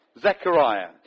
Zechariah